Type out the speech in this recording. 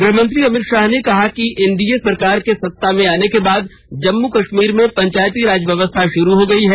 गृहमंत्री अमित शाह ने कहा कि एन डी ए सरकार के सत्ता में आने के बाद जम्मू कश्मीर में पंचायती राज व्यवस्था शुरू हो गई है